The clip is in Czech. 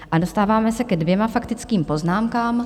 A dostáváme se ke dvěma faktickým poznámkám.